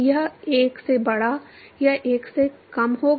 यह 1 से बड़ा या 1 से कम होगा